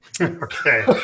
Okay